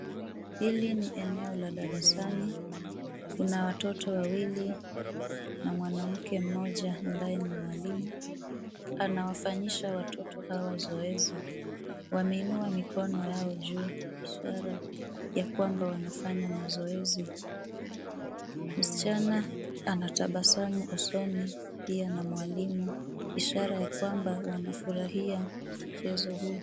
Hili ni eneo la darasani, kuna watoto wawili na mwanamke mmoja ambaye ni mwalimu. Anawafanyisha watoto hawa zoezi, wameinua mikono yao juu, ishara ya kwamba wanafanya mazoezi. Msichana anatabasamu usoni pia na mwalimu, ishara ya kwamba wanafurahia mchezo huu.